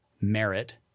merit